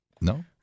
No